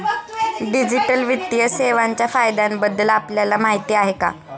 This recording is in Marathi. डिजिटल वित्तीय सेवांच्या फायद्यांबद्दल आपल्याला माहिती आहे का?